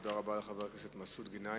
תודה רבה לחבר הכנסת מסעוד גנאים.